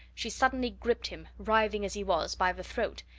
she suddenly gripped him, writhing as he was, by the throat,